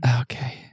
Okay